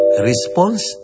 Response